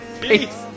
peace